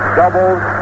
doubles